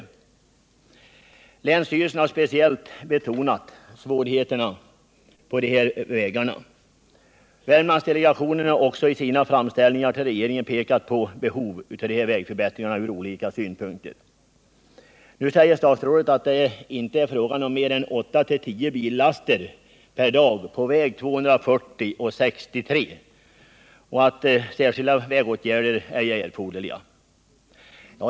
Länsstyrelsen har särskilt betonat svårigheterna på dessa vägar. Värmlandsdelegationen har också i sina framställningar till regeringen pekat på det behov som finns ur olika synpunkter av förbättringar av dessa vägar. Nu säger statsrådet att det inte är fråga om mer än 8—-10 billaster per dag på väg 240 och väg 63 och att särskilda åtgärder ej är erforderliga.